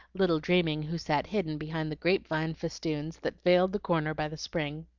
little dreaming who sat hidden behind the grape-vine festoons that veiled the corner by the spring.